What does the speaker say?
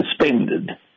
suspended